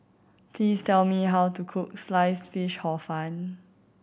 please tell me how to cook slice fish Hor Fun